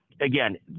Again